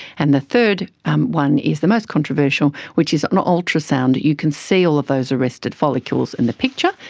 and the third one is the most controversial, which is an ultrasound you can see all of those arrested follicles in the picture.